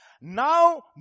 Now